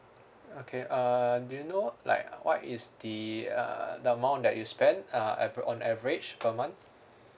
okay err do you know like what is the err the amount that you spend uh aver~ on average per month